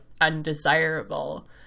undesirable